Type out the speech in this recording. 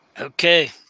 Okay